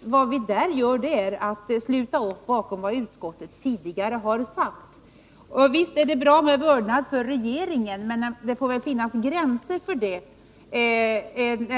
Vad vi gör är att sluta upp bakom vad utskottet tidigare har sagt. Visst är det bra med vördnad för regeringen, men det får väl finnas gränser för det.